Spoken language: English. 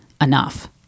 enough